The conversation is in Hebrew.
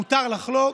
מותר לחלוק,